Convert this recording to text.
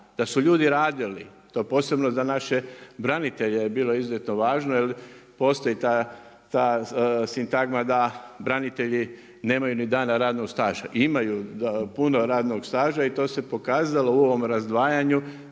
da su ljudi radili. To posebno za naše branitelje je bilo izuzetno važno jel postoji ta sintagma da branitelji nemaju ni dana radnog staža. Imaju puno radnog staža i to se pokazalo u ovom razdvajanju